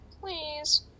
Please